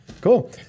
Cool